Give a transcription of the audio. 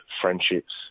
friendships